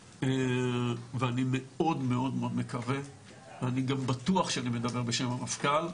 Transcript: ואני מאוד מקווה ואני גם בטוח שאני מדבר בשם המפכ"ל,